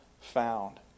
found